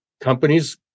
Companies